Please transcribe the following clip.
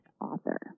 Author